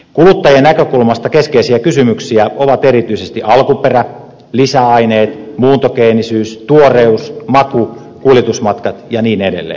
kuluttajan näkökulmasta keskeisiä kysymyksiä ovat erityisesti alkuperä lisäaineet muuntogeenisyys tuoreus maku kuljetusmatkat ja niin edelleen